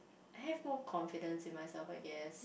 have more confidence in myself I guess